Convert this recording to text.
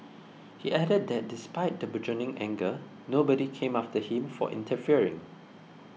he added that despite the burgeoning anger nobody came after him for interfering